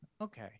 Okay